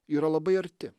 yra labai arti